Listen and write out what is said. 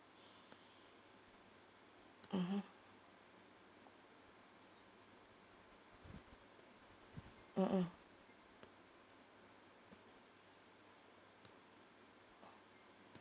mmhmm mmhmm